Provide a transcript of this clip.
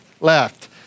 left